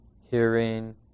hearing